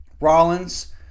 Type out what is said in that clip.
Rollins